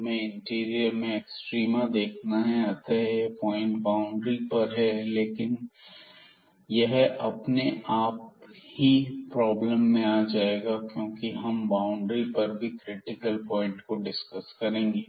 हमें इंटीरियर में एक्सट्रीमा देखना है अतः यह पॉइंट बाउंड्री पर है लेकिन यह अपने आप ही प्रॉब्लम में आ जाएगा क्योंकि हम बाउंड्री पर भी क्रिटिकल प्वाइंट डिस्कस करेंगे